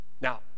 Now